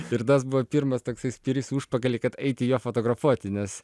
ir tas buvo pirmas toksai spyris į užpakalį kad eiti jo fotografuoti nes